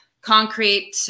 concrete